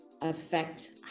affect